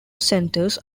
centers